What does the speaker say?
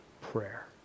Prayer